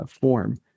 form